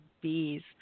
bees